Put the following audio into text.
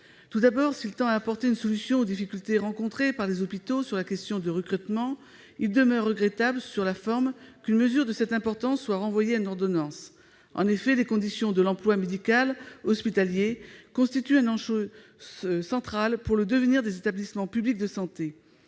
cet article vise à apporter une solution aux difficultés rencontrées par les hôpitaux sur la question du recrutement, il demeure regrettable, sur la forme, qu'une mesure de cette importance soit renvoyée à une ordonnance. En effet, les conditions de l'emploi médical hospitalier constituent un enjeu central pour le devenir des établissements publics de santé.